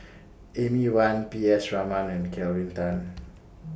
Amy Van P S Raman and Kelvin Tan